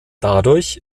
dadurch